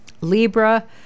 Libra